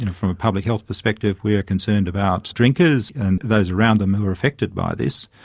you know from a public health perspective we are concerned about drinkers and those around them who are affected by this,